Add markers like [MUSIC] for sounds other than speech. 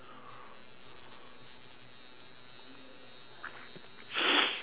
[NOISE]